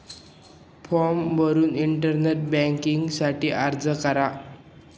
form भरून internet banking साठी अर्ज करा